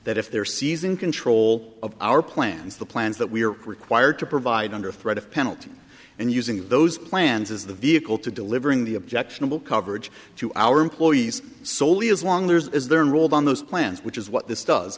that if they're seizing control of our plans the plans that we are required to provide under threat of penalty and using those plans is the vehicle to delivering the objectionable coverage to our employees soley as long as they're rolled on those plans which is what this does